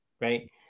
Right